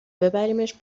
ببریمش